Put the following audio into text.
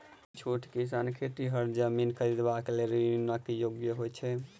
की छोट किसान खेतिहर जमीन खरिदबाक लेल ऋणक योग्य होइ छै?